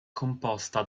composta